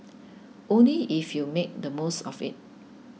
only if you make the most of it